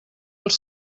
els